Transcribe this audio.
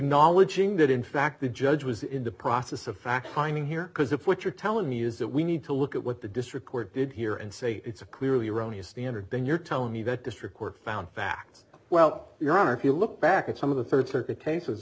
acknowledge ing that in fact the judge was in the process of fact finding here because if what you're telling me is that we need to look at what the district court did here and say it's a clearly erroneous standard then you're telling me that district court found facts well your honor if you look back at some of the third circuit cases